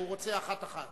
או שהוא רוצה אחת-אחת?